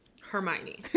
Hermione